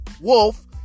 Wolf